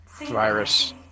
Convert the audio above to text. virus